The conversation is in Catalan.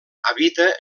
habita